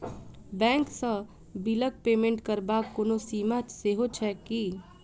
Bank सँ बिलक payment करबाक कोनो सीमा सेहो छैक की?